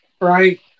right